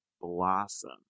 Blossom